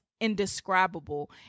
indescribable